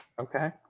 Okay